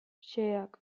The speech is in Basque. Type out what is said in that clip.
xeheak